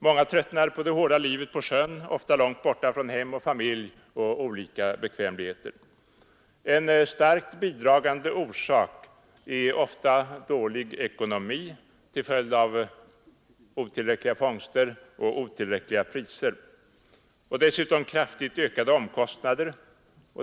Många tröttnar på det hårda livet på sjön, ofta långt borta från hem och familj och bekvämligheter. En starkt bidragande orsak är dålig ekonomi till följd av otillräckliga fångster, otillräckliga priser och dessutom kraftigt ökade omkostnader.